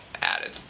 added